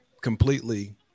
completely